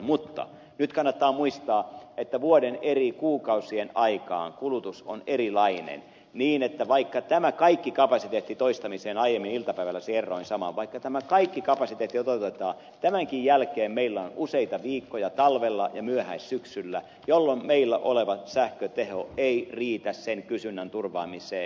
mutta nyt kannattaa muistaa että vuoden eri kuukausien aikaan kulutus on erilainen niin että vaikka tämä kaikki kapasiteetti toistamiseen aiemmin iltapäivällä kerroin saman vaikka tämä kaikki kapasiteetti toteutetaan tämänkin jälkeen meillä on useita viikkoja talvella ja myöhäissyksyllä jolloin meillä oleva sähköteho ei riitä sen kysynnän turvaamiseen